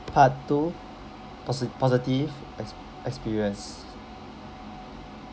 part two posi~ positive ex~ experience